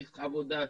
צריך עבודה,